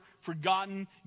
forgotten